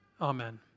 Amen